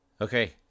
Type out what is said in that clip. Okay